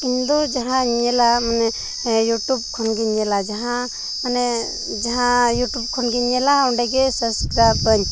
ᱤᱧᱫᱚ ᱡᱟᱦᱟᱧ ᱧᱮᱞᱟ ᱢᱟᱱᱮ ᱤᱭᱩᱴᱩᱵᱽ ᱠᱷᱚᱱᱜᱤᱧ ᱧᱮᱞᱟ ᱡᱟᱦᱟᱸ ᱢᱟᱱᱮ ᱡᱟᱦᱟᱸ ᱤᱭᱩᱴᱩᱵᱽ ᱠᱷᱚᱱᱜᱤᱧ ᱧᱮᱞᱟ ᱚᱸᱰᱮᱜᱮ ᱥᱟᱵᱥᱠᱨᱟᱭᱤᱵᱟᱹᱧ